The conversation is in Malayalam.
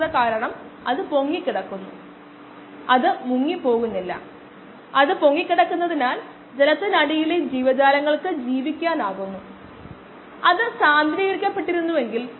5 മില്ലിമോളാർ ആണ് 0 സമയത്ത് X ന്റെ സാന്ദ്രത പട്ടികയിൽ നിന്ന് 20 മില്ലിമോളാർ ആണ്